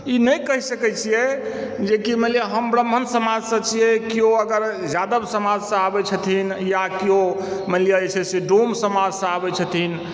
ई नहि कहि सकैत छियै जे कि मानि लिअ हम ब्राह्मण समाजसँ छियै किओ अगर यादव समाजसँ आबैत छथिन या किओ मानि लिअ जे छै से डोम समाजसँ आबै छथिन